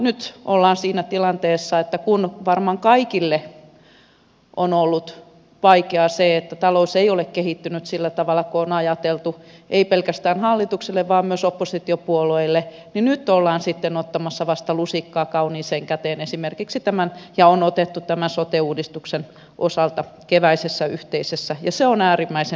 nyt ollaan siinä tilanteessa että kun varmaan kaikille on ollut vaikeaa se että talous ei ole kehittynyt sillä tavalla kuin on ajateltu ei pelkästään hallitukselle vaan myös oppositiopuolueille niin nyt ollaan sitten ottamassa vasta lusikkaa kauniiseen käteen ja on otettu esimerkiksi tämän sote uudistuksen osalta keväisessä yhteisessä ja se on äärimmäisen hyvä asia